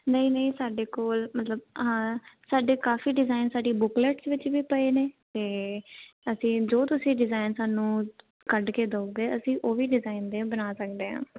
ਨਹੀਂ ਨਹੀਂ ਸਾਡੇ ਕੋਲ ਮਤਲਬ ਹਾਂ ਸਾਡੇ ਕਾਫ਼ੀ ਡਿਜ਼ਾਇਨ ਸਾਡੀ ਬੁਕਲੈਟਸ ਵਿੱਚ ਵੀ ਪਏ ਨੇ ਅਤੇ ਅਸੀਂ ਜੋ ਤੁਸੀਂ ਡਿਜ਼ਾਇਨ ਸਾਨੂੰ ਕੱਢ ਕੇ ਦਓਗੇ ਅਸੀਂ ਉਹ ਵੀ ਡਿਜ਼ਾਇਨ ਦੇ ਬਣਾ ਸਕਦੇ ਹਾਂ